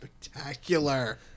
spectacular